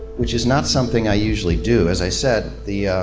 which is not something i usually do. as i said, the ah